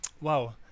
Wow